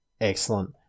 Excellent